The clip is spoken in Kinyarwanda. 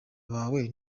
bawe